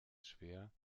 schwer